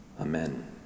Amen